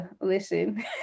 listen